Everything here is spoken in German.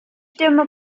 stimme